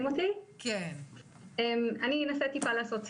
אני אנסה טיפה לעשות סדר.